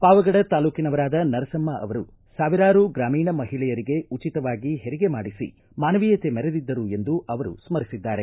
ಪಾವಗಡ ತಾಲೂಕಿನವರಾದ ನರಸಮ್ಮ ಅವರು ಸಾವಿರಾರು ಗ್ರಾಮೀಣ ಮಹಿಳೆಯರಿಗೆ ಉಚಿತವಾಗಿ ಹೆರಿಗೆ ಮಾಡಿಸಿ ಮಾನವೀಯತೆ ಮೆರೆದಿದ್ದರು ಎಂದು ಅವರು ಸ್ಕರಿಸಿದ್ದಾರೆ